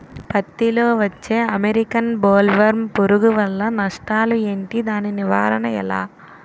పత్తి లో వచ్చే అమెరికన్ బోల్వర్మ్ పురుగు వల్ల నష్టాలు ఏంటి? దాని నివారణ ఎలా?